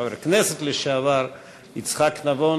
חבר הכנסת לשעבר יצחק נבון,